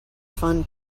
fun